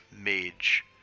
mage